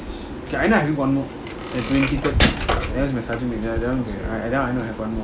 okay I know I made one more twenty third that one that one I know I have one more